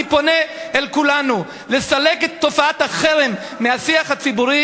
אני פונה אל כולנו לסלק את תופעת החרם מהשיח הציבורי.